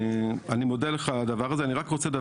אני מודה לך על זה שנתת לי